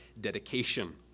Dedication